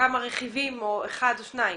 כמה רכיבים או רכיב אחד או שניים.